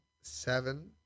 seven